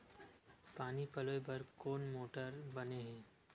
पानी पलोय बर कोन मोटर बने हे?